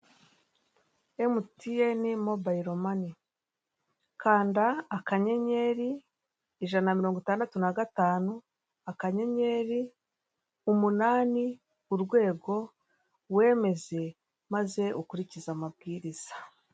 Emutiyene mobilo mani : "kanda akanyeri ijana na mirongo itandatu na gatanu, akanyenyeri umunani urwego wemeze, maze ukurikize amabwiriza.